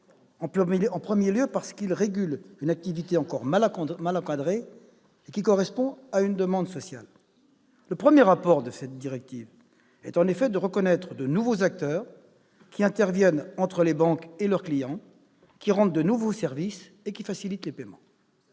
en premier lieu, parce qu'il régule une activité encore mal encadrée et qui correspond à une demande sociale. Le premier apport de la directive est, en effet, de reconnaître de nouveaux acteurs qui interviennent entre les banques et leurs clients, qui rendent de nouveaux services et qui facilitent les paiements.